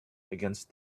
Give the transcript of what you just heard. against